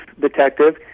detective